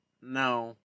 No